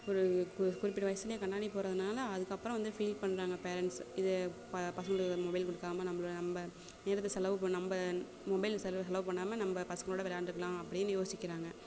ஒரு கு குறிப்பிட்ட வயசில் கண்ணாடி போடுறதுனால அதுக்கப்புறம் வந்து ஃபீல் பண்ணுறாங்க பேரெண்ட்ஸ்ஸு இது ப பசங்களுக்கு மொபைல் கொடுக்காம நம்மள நம்ம நேரத்தை செலவு இப்போ நம்ப மொபைல் செலவு செலவு பண்ணாம நம்ம பசங்களோடய விளாண்டுருக்கலாம் அப்படின்னு யோசிக்கிறாங்க